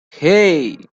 hey